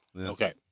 Okay